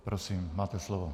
Prosím, máte slovo.